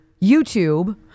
YouTube